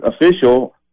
official